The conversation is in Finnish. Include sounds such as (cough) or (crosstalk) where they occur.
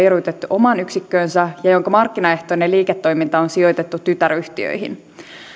(unintelligible) erotettu omaan yksikköönsä ja jonka markkinaehtoinen liiketoiminta on sijoitettu tytäryhtiöihin